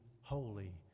holy